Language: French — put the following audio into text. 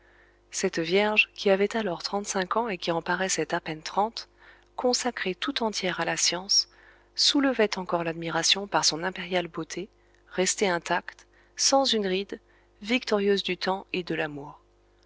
cette vierge qui avait alors trente-cinq ans et qui en paraissait à peine trente consacrée tout entière à la science soulevait encore l'admiration par son impériale beauté restée intacte sans une ride victorieuse du temps et de l'amour